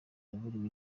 yaburiwe